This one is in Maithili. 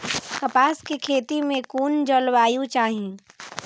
कपास के खेती में कुन जलवायु चाही?